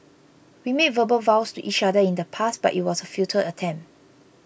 we made verbal vows to each other in the past but it was a futile attempt